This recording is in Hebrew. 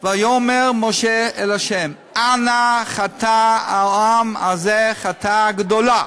ויאמר משה אל ה': "אנא, חטא העם הזה חטאה גדולה".